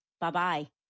Bye-bye